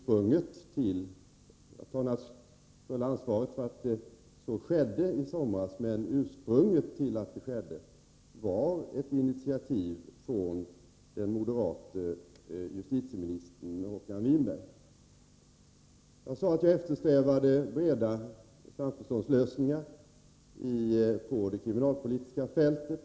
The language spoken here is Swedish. Jag tar det fulla ansvaret för att så skedde i somras, men ursprunget till att det skedde var ett initiativ från den moderate justitieministern Håkan Winberg. Jag sade att jag eftersträvar breda samförståndslösningar på det kriminalpolitiska fältet.